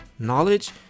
Knowledge